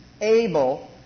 able